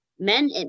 men